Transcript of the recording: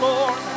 Lord